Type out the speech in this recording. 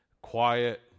quiet